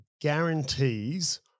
guarantees